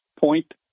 point